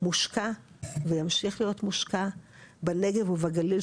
מושקע וימשיך להיות מושקע בנגב ובגליל,